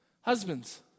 husbands